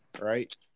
right